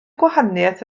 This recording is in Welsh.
gwahaniaeth